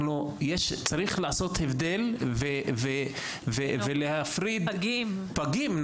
צריך להבדיל ולהפריד פגים.